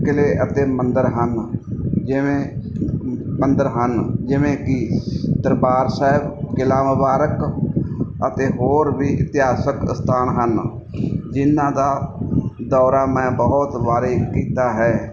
ਕਿਲ੍ਹੇ ਅਤੇ ਮੰਦਰ ਹਨ ਜਿਵੇਂ ਮੰਦਰ ਹਨ ਜਿਵੇਂ ਕਿ ਦਰਬਾਰ ਸਾਹਿਬ ਕਿਲ੍ਹਾ ਮੁਬਾਰਕ ਅਤੇ ਹੋਰ ਵੀ ਇਤਿਹਾਸਿਕ ਅਸਥਾਨ ਹਨ ਜਿਹਨਾਂ ਦਾ ਦੌਰਾ ਮੈਂ ਬਹੁਤ ਵਾਰੀ ਕੀਤਾ ਹੈ